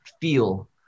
feel